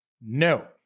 No